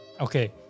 Okay